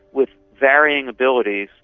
with varying abilities,